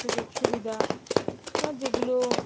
সুযোগ সুবিধা বা যেগুলো